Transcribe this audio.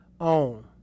own